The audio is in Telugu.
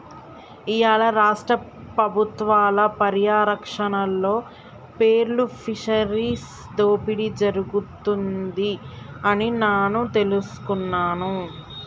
ఇయ్యాల రాష్ట్ర పబుత్వాల పర్యారక్షణలో పేర్ల్ ఫిషరీస్ దోపిడి జరుగుతుంది అని నాను తెలుసుకున్నాను